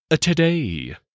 Today